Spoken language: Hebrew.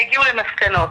והגיעו למסקנות.